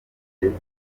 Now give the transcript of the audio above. gereza